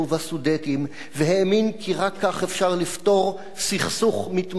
והאמין כי רק כך אפשר לפתור סכסוך מתמשך בין עמים.